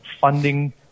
funding